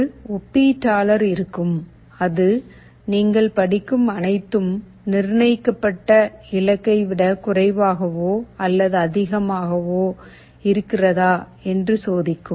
ஒரு ஒப்பீட்டாளர் இருக்கும் அது நீங்கள் படிக்கும் அனைத்தும் நிர்ணயிக்கப்பட்ட இலக்கை விட குறைவாகவோ அல்லது அதிகமாகவோ இருக்கிறதா என்று சோதிக்கும்